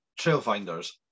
Trailfinders